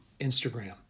instagram